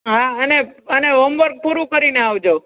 હા અને અને હોમવર્ક પૂરું કરીને આવજો